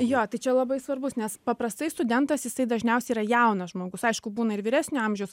jo tai čia labai svarbus nes paprastai studentas jisai dažniausiai yra jaunas žmogus aišku būna ir vyresnio amžiaus